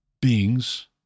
beings